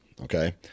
okay